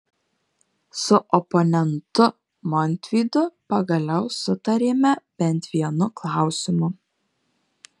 su oponentu montvydu pagaliau sutarėme bent vienu klausimu